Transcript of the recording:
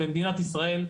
במדינת ישראל,